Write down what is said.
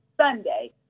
Sunday